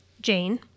Jane